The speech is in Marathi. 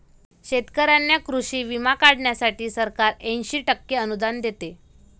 शेतकऱ्यांना कृषी विमा काढण्यासाठी सरकार ऐंशी टक्के अनुदान देते